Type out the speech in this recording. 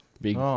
big